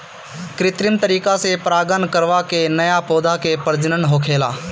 कित्रिम तरीका से परागण करवा के नया पौधा के प्रजनन होखेला